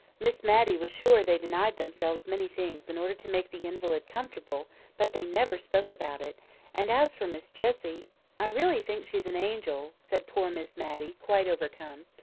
miss matty was sure they denied themselves many things in order to make the invalid comfortable but they never spoke about it and as for miss jessie i really think she's an angel, said poor miss matty, quite overcome.